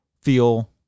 feel